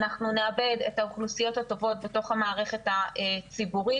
אנחנו נאבד את האוכלוסיות הטובות בתוך המערכת הציבורית